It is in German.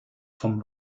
vom